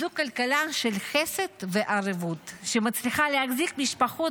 זו כלכלה של חסד וערבות שמצליחה להחזיק משפחות